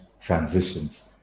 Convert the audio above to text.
transitions